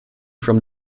from